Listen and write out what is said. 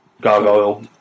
gargoyle